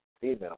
female